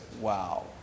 wow